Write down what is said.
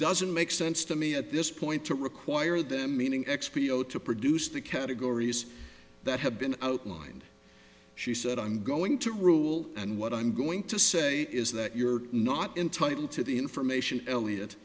doesn't make sense to me at this point to require them meaning x p o to produce the categories that have been outlined she said i'm going to rule and what i'm going to say is that you're not entitled to the information eliot